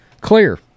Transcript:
clear